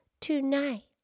tonight